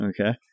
okay